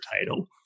title